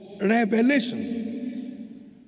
revelation